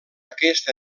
aquest